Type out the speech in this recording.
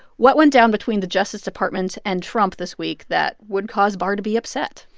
what went down between the justice department and trump this week that would cause barr to be upset?